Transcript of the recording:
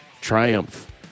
triumph